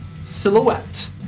silhouette